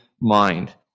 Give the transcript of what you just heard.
mind